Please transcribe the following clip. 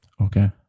Okay